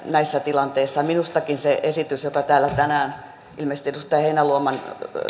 näissä tilanteissa minustakin se esitys joka täällä tänään ilmeisesti edustaja heinäluoman